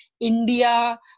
India